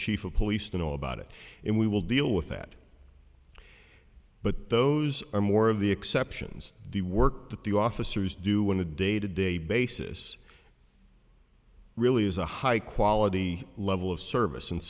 chief of police to know about it and we will deal with that but those are more of the exceptions the work that the officers do in a day to day basis really is a high quality level of service and